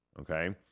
okay